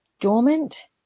dormant